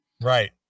Right